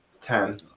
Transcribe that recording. Ten